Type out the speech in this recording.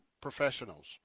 professionals